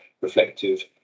reflective